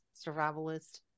survivalist